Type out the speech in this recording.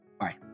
Bye